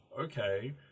okay